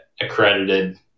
accredited